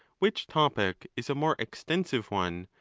which topic is a more extensive one,